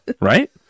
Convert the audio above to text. Right